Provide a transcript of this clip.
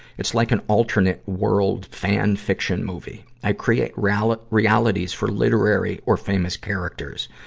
it's like an alternate world, fan-fiction movie. i create realities realities for literary or famous character.